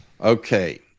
okay